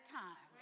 time